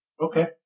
Okay